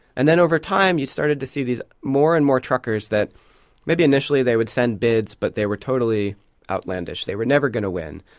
and then over time, you started to see these more and more truckers that maybe initially they would send bids but they were totally outlandish they were never going to win.